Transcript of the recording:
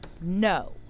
No